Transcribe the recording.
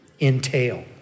entail